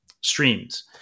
streams